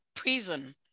prison